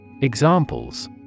Examples